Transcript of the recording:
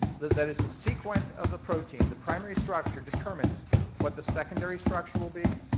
that that is, the sequence of the protein, the primary structure, determines what the secondary structure will be,